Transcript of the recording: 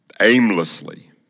aimlessly